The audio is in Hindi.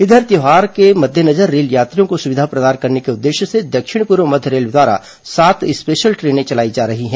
इधर त्यौहार के मद्देनजर रेल यात्रियों को सुविधा प्रदान करने के उद्देश्य से दक्षिण पूर्व मध्य रेलवे द्वारा सात स्पेशल ट्रेनें चलाई जा रही हैं